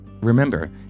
Remember